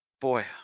Boy